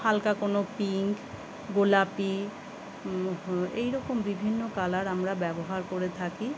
হালকা কোনো পিঙ্ক গোলাপি এই রকম বিভিন্ন কালার আমরা ব্যবহার করে থাকি